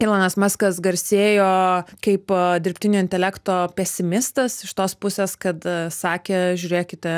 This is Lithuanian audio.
ylonas maskas garsėjo kaip dirbtinio intelekto pesimistas iš tos pusės kad sakė žiūrėkite